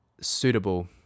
suitable